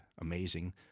amazing